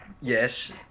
Yes